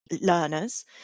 learners